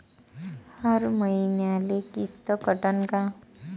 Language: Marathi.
हर मईन्याले किस्त कटन का?